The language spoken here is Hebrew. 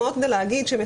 שקיבל.